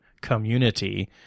Community